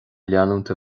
leanúint